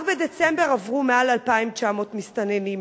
רק בדצמבר עברו מעל 2,900 מסתננים.